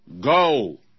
Go